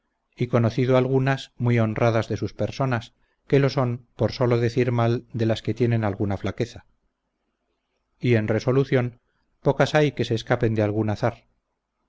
y conocido algunas muy honradas de sus personas que lo son por solo decir mal de las que tienen alguna flaqueza y en resolución pocas hay que se escapen de algún azar